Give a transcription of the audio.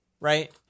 right